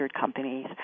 companies